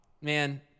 man